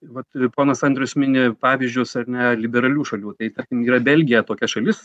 vat ponas andrius mini pavyzdžius ar ne liberalių šalių tai tarkim yra belgija tokia šalis